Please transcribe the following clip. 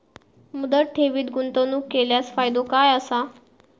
मुदत ठेवीत गुंतवणूक केल्यास फायदो काय आसा?